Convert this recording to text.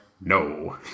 no